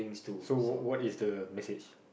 so what what is the message